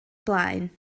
blaen